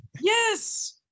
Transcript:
yes